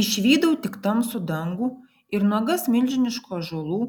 išvydau tik tamsų dangų ir nuogas milžiniškų ąžuolų